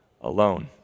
alone